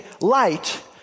light